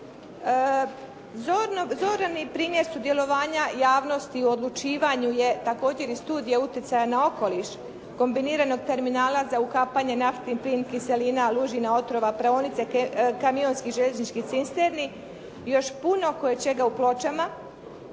Zoran je i primjer sudjelovanja javnosti u odlučivanju je također i studija utjecaja na okoliš kombiniranog terminala za ukapanje naftni plin, kiselina, lužina, otrova, praonice kamionskih željezničkih cisterni i još puno koječega u Pločama